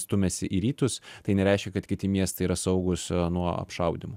stumiasi į rytus tai nereiškia kad kiti miestai yra saugūs nuo apšaudymų